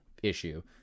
issue